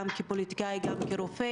הוא הגיש גם כפוליטיקאי וגם כרופא,